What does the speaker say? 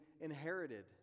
inherited